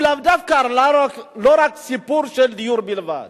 הוא לאו דווקא, הוא לא רק סיפור של דיור בלבד.